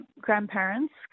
grandparents